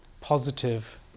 positive